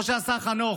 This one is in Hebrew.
כמו שעשה חנוך,